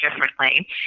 differently